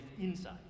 inside